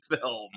film